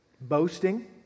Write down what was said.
boasting